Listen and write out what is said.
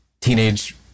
teenage